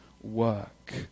work